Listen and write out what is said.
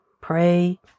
pray